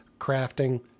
crafting